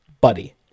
Buddy